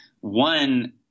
One